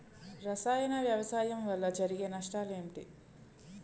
రసాయన వ్యవసాయం వల్ల జరిగే నష్టాలు ఏంటి?